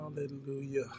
Hallelujah